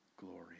glory